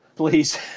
Please